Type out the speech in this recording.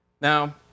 Now